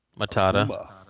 Matata